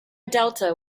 delta